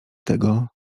tego